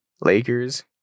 Lakers